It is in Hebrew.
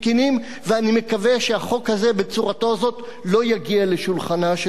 ואני מקווה שהחוק הזה בצורתו זאת לא יגיע לשולחנה של הכנסת,